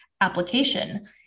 application